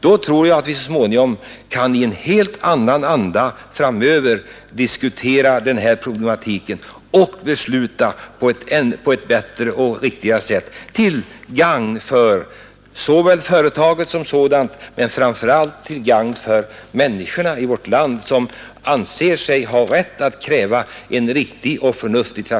Då tror jag att vi så småningom kan diskutera den här problematiken i en helt annan anda och besluta på ett bättre och riktigare sätt till gagn såväl för SJ som framför allt för en riktig trafikförsörjning för människorna i vårt land, vilka anser sig ha rätt att kräva detta.